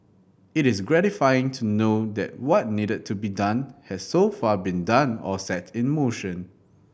it is gratifying to know that what needed to be done has so far been done or set in motion